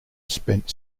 spent